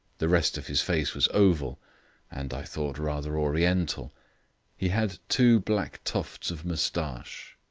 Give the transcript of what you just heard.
the rest of his face was oval and, i thought, rather oriental he had two black tufts of moustache.